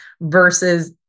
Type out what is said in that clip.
versus